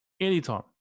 Anytime